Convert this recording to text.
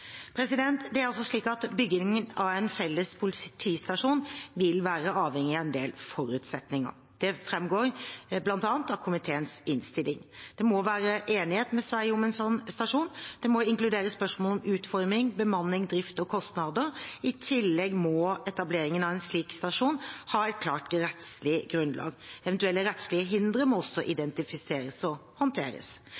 Byggingen av en felles politistasjon vil være avhengig av en del forutsetninger. Det framgår bl.a. av komiteens innstillingen. Det må være enighet med Sverige om en slik stasjon. Det må inkludere spørsmål om utforming, bemanning, drift og kostnader. I tillegg må etableringen av en slik stasjon ha et klart rettslig grunnlag. Eventuelle rettslige hindre må også